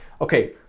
Okay